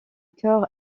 cœur